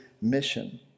mission